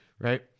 Right